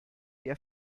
der